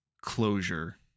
closure